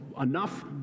enough